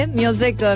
music